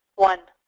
one